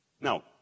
Now